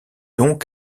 donc